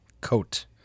Coat